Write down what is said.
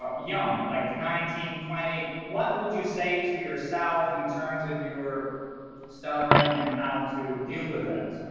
ah young like nineteen, twenty, what would you say to yourself in terms of your stuttering and how to deal with it?